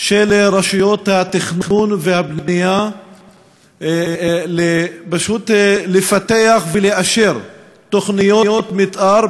של רשויות התכנון והבנייה פשוט לפתח ולאשר תוכניות מתאר,